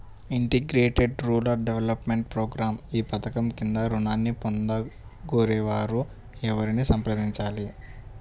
Integrated rural development program ఈ పధకం క్రింద ఋణాన్ని పొందగోరే వారు ఎవరిని సంప్రదించాలి?